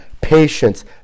patience